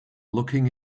looking